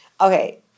Okay